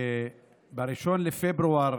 ב-1 בפברואר